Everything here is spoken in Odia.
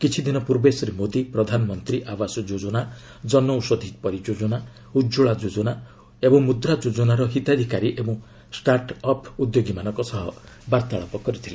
କିଛିଦିନ ପୂର୍ବେ ଶ୍ରୀ ମୋଦି ପ୍ରଧାନମନ୍ତ୍ରୀ ଆବାସ ଯୋଜନା ଜନଷୌଧି ପରିଯୋଜନା ଉଜ୍ଜଳା ଯୋଜନା ଏବଂ ମୁଦ୍ରା ଯୋଜନାର ହିତାଧିକାରୀ ଓ ଷ୍ଟାଟ୍ ଅପ୍ ଉଦ୍ୟୋଗୀମାନଙ୍କ ସହ ବାର୍ତ୍ତାଳାପ କରିଥିଲେ